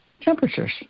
temperatures